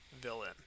villain